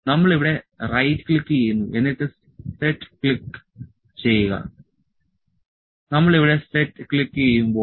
നമ്മൾ ഇവിടെ റൈറ്റ് ക്ലിക്കുചെയ്യുന്നു എന്നിട്ട് സെറ്റ് ക്ലിക്ക് ചെയ്യുക നമ്മൾ ഇവിടെ സെറ്റ് ക്ലിക്കുചെയ്യുമ്പോൾ